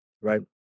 Right